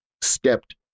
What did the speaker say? stepped